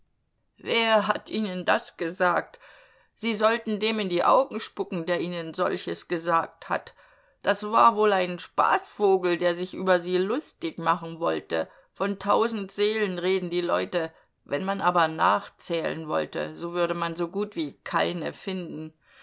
wer hat ihnen das gesagt sie sollten dem in die augen spucken der ihnen solches gesagt hat das war wohl ein spaßvogel der sich über sie lustig machen wollte von tausend seelen reden die leute wenn man aber nachzählen wollte so würde man so gut wie keine finden